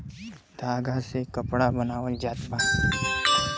धागा से कपड़ा बनावल जात बा